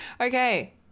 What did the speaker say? Okay